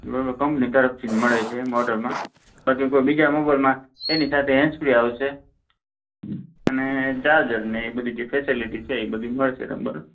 બરાબર કંપની તરફથી જ મળે છે મોડલમાં પછી કોઈ બીજા મોબાઇલમાં એની સાથે હેન્ડ્ર્સ ફ્રી આવશે અને ચાર્જર ને એ બધી જે ફેસેલિટી છે એ બધી મળશે તમ બરાબર